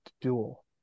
duel